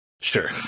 Sure